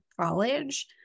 college